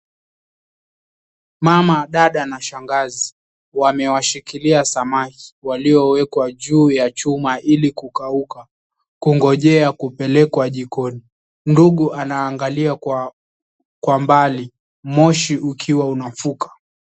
Mama, dada na shangazi wamewashikilia samaki waliowekwa juu ya chuma ili kukauka kungojea kupelekwa jikoni. Ndugu anaangalia kwa mbali moshi ukiwa unafuka.